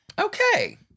Okay